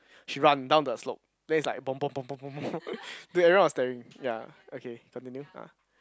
she run down the slope then is like !bom bom bom bom bom! then everyone was staring ya okay continue ah